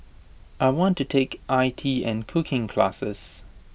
I want to take IT and cooking classes